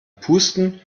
pusten